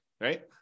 right